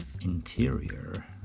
interior